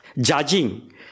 judging